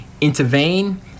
intervene